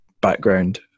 background